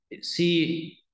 see